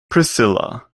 priscilla